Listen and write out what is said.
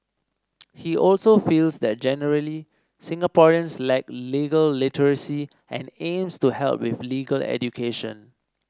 he also feels that generally Singaporeans lack legal literacy and aims to help with legal education